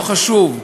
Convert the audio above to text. לא חשוב,